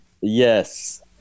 Yes